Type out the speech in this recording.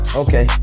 okay